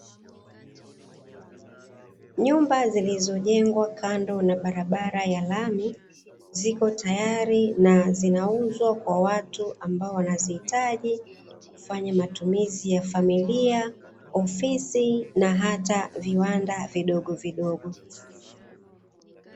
Nyumba zilizojengwa kando na barabara ya lami, ziko tayari na zinauzwa kwa watu ambao wanazihitaji kufanya matumizi ya familia, ofisi na hata viwanda vidogovidogo.